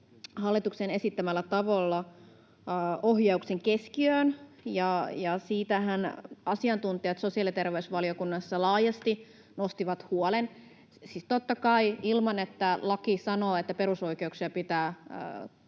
hallituksen esittämällä tavalla ohjauksen keskiöön, ja siitähän asiantuntijat sosiaali- ja terveysvaliokunnassa laajasti nostivat huolen. Siis totta kai perusoikeuksien